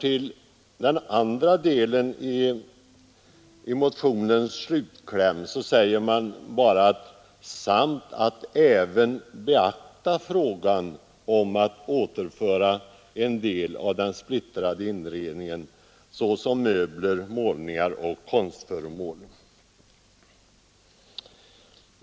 I den andra delen av motionens hemställan heter det bara: ”samt att även heaktas frågan om att återföra en del av den gamla splittrade inredningen som målningar, möbler och konstföremål”.